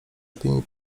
opinii